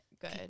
Good